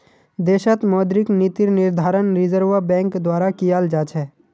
देशत मौद्रिक नीतिर निर्धारण रिज़र्व बैंक द्वारा कियाल जा छ